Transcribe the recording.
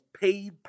paid